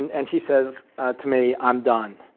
and and she says to me, i'm done.